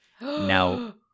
Now